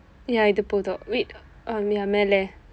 ya இது போதும்:ithu poothum wait um ya மேல:meela